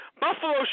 Buffalo